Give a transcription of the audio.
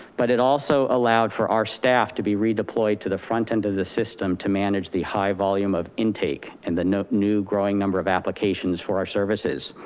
but it also allowed for our staff to be redeployed to the front end of the system to manage the high volume of intake and the new growing number of applications for our services.